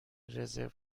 رزرو